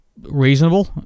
reasonable